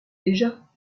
déjà